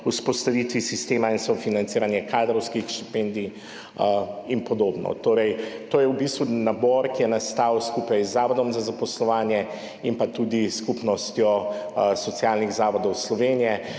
vzpostavitvi sistema, sofinanciranje kadrovskih štipendij in podobno. Torej, to je v bistvu nabor, ki je nastal skupaj z Zavodom za zaposlovanje, pa tudi s Skupnostjo socialnih zavodov Slovenije,